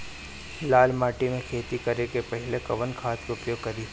लाल माटी में खेती करे से पहिले कवन खाद के उपयोग करीं?